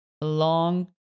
Long